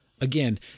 again